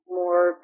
more